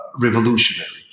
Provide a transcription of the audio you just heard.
revolutionary